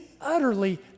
utterly